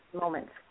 moments